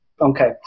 Okay